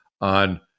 on